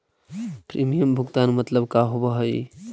Premium भुगतान मतलब का होव हइ?